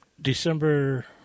December